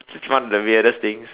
one of the weirdest things